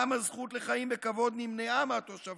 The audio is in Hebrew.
גם הזכות לחיים בכבוד נמנעה מהתושבים,